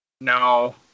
No